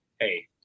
hey